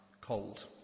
cold